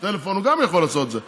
טלפון, הוא יכול לעשות גם את זה.